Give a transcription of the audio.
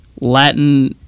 Latin